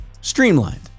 streamlined